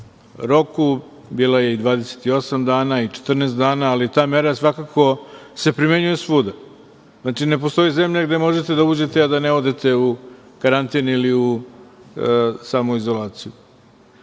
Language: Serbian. roku. Bila je i 28 dana i 14 dana, ali ta mera svakako se primenjuje svuda. Znači, ne postoji zemlja gde možete da uđete, a da ne odete u karantin ili u samoizolaciju.